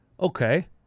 Okay